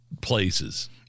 places